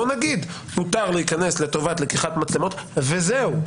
בואו נגיד שמותר להיכנס לטובת לקיחת מצלמות וזהו.